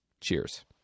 Cheers